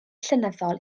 llenyddol